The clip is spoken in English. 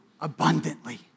abundantly